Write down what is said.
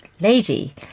lady